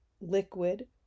liquid